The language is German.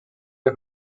der